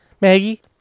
Maggie